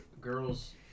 Girls